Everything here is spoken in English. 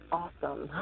awesome